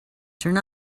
turn